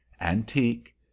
Antique